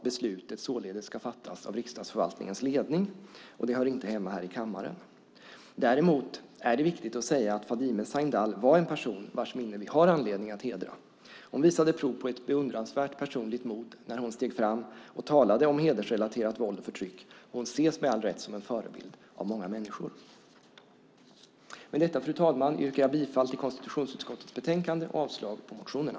Beslutet ska således fattas av riksdagsförvaltningens ledning och hör inte hemma i kammaren. Det är emellertid viktigt att säga att Fadime Sahindal var en person vars minne vi har anledning att hedra. Hon visade prov på ett beundransvärt personligt mod när hon steg fram och talade om hedersrelaterat våld och förtryck, och hon ses med all rätt som en förebild av många människor. Med detta, fru talman, yrkar jag bifall till konstitutionsutskottets förslag i betänkandet och avslag på motionerna.